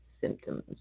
symptoms